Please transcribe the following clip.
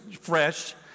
fresh